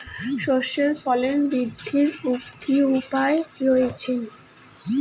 সর্ষের ফলন বৃদ্ধির কি উপায় রয়েছে?